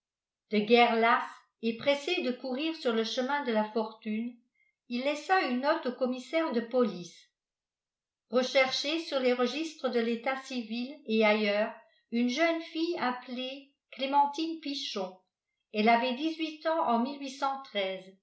de guerre lasse et pressé de courir sur le chemin de la fortune il laissa une note au commissaire de police rechercher sur les registres de l'état civil et ailleurs une jeune fille appelée clémentine pichon elle avait dix-huit ans en